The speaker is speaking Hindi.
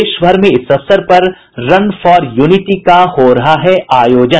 देशभर में इस अवसर पर रन फॉर यूनिटी का हो रहा है आयोजन